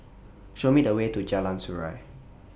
Show Me The Way to Jalan Surau